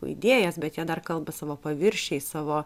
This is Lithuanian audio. idėjas bet jie dar kalba savo paviršiais savo